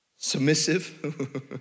submissive